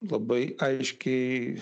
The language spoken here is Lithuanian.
labai aiškiai